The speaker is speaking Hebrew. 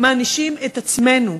את עצמנו.